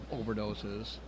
overdoses